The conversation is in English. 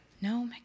No